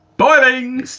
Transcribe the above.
boiling!